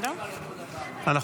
אנחנו